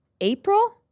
April